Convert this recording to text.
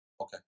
Okay